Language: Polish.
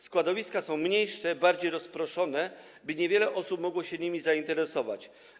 Składowiska są mniejsze, bardziej rozproszone, by niewiele osób mogło się nimi zainteresować.